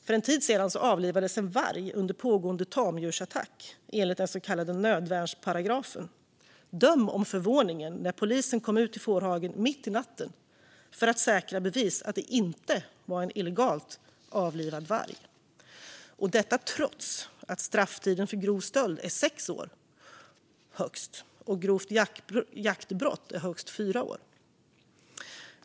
För en tid sedan avlivades en varg under pågående tamdjursattack enligt den så kallade nödvärnsparagrafen. Döm om förvåningen när polisen kom ut till fårhagen, mitt i natten, för att säkra bevis för att det inte var en illegalt avlivad varg, detta trots att strafftiden för grov stöld är högst sex år och strafftiden för grovt jaktbrott högst fyra år.